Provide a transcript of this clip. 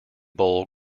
bowl